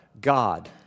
God